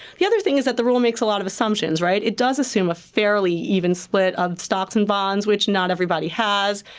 the other thing is that the rule makes a lot of assumptions. it does assume a fairly even split on stocks and bonds which not everybody has.